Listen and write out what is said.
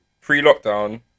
pre-lockdown